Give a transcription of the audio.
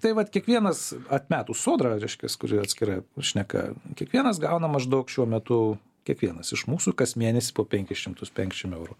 tai vat kiekvienas atmetus sodrą reiškias kuri atskira šneka kiekvienas gauna maždaug šiuo metu kiekvienas iš mūsų kas mėnesį po penkis šimtus penkiasdešim eurų